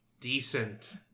Decent